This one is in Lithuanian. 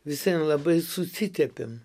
vis vien labai susitepėm